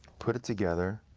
put it together,